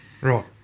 Right